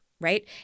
right